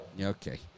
Okay